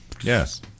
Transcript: Yes